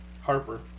Harper